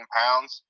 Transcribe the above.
pounds